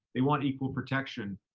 they want equal protection.